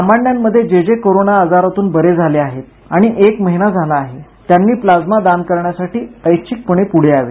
सामान्यांमधून जे जे कोरोना आजारांतून बरे झाले आहेत आणि एक महिना झाला आहे त्यांनी प्लाझ्मा दान करण्यासाठी ऐच्छिक पणे पुढे यावे